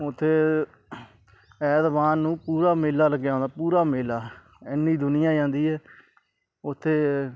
ਉੱਥੇ ਐਤਵਾਰ ਨੂੰ ਪੂਰਾ ਮੇਲਾ ਲੱਗਿਆ ਹੁੰਦਾ ਪੂਰਾ ਮੇਲਾ ਇੰਨੀ ਦੁਨੀਆ ਜਾਂਦੀ ਹੈ ਉੱਥੇ